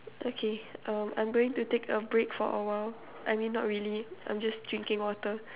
okay um I'm going to take a break for awhile I mean not really I'm just drinking water